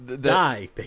die